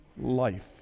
life